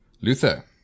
Luther